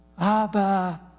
Abba